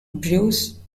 bruce